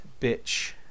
Bitch